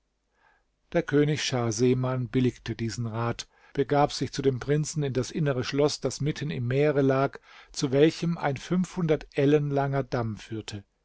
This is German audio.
der könig schah seman billigte diesen rat begab sich zu dem prinzen in das innere schloß das mitten im meere lag zu welchem ein ellen langer damm führte